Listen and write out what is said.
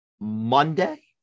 Monday